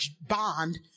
bond